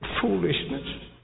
foolishness